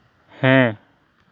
ᱦᱮᱸ